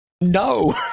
No